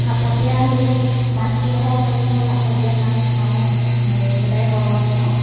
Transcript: ভাপত দিয়া সেই মাছটোৰ কথাই কৈছোঁ মই ভাপত দিয়া মাছ মই এই একেবাৰে সহজ পাওঁ